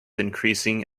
increasing